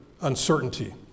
uncertainty